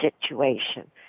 situation